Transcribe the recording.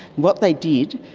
what they did,